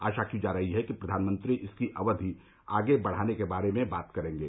आशा की जा रही है कि प्रधानमंत्री इसकी अवधि आगे बढ़ाने के बारे में बात करेंगे